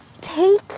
take